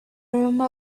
remember